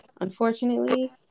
unfortunately